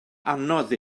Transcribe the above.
anodd